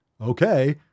Okay